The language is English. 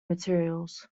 materials